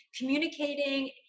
communicating